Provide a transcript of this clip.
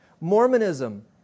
Mormonism